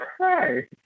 okay